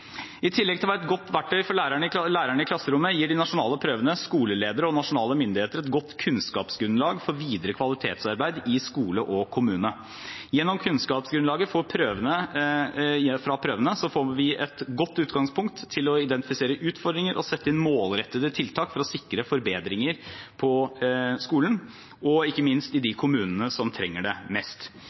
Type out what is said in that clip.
I tillegg til å være et godt verktøy for lærerne i klasserommet gir de nasjonale prøvene skoleledere og nasjonale myndigheter et godt kunnskapsgrunnlag for videre kvalitetsarbeid i skole og kommune. Gjennom kunnskapsgrunnlaget fra prøvene får vi et godt utgangspunkt for å identifisere utfordringer og sette inn målrettede tiltak for å sikre forbedringer på skolen, ikke minst i de kommunene som trenger det mest.